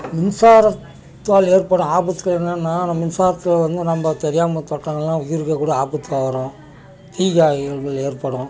மின்சாரத்தால் ஏற்படும் ஆபத்துகள் என்னனால் அந்த மின்சாரத்தில் வந்து நம்ம தெரியாமல் தொட்டாலும் உயிருக்கே கூட ஆபத்தாயிடும் தீக்காயங்கள் ஏற்படும்